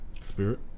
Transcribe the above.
Spirit